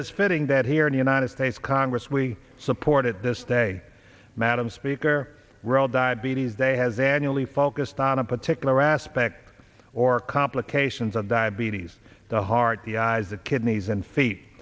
is fitting that here in the united states congress we supported this day madam speaker we're all diabetes day has annually focused on a particular aspect or complications of diabetes the heart the eyes the kidneys and feet